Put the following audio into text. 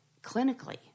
clinically